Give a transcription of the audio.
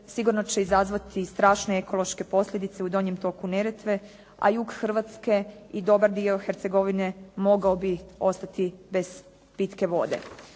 sigurno će izazvati strašne ekološke posljedice u donjem toku Neretve a jug hrvatske i dobar dio Hercegovine mogao bi ostati bez pitke vode.